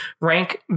rank